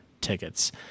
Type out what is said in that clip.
tickets